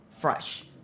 fresh